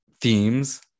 themes